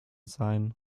sein